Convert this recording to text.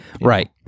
Right